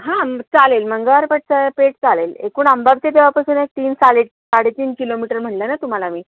हां चालेल मंगळवार पेठ चं पेठ चालेल एकूण आंबा ते देवळापासून एक तीन साडे साडे तीन किलोमीटर म्हणलं ना तुम्हाला मी